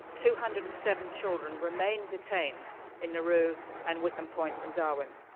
two hundred and seven children remain detained in nauru and wickham point in darwin.